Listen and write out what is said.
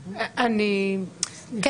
--- כן.